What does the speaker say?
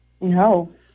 No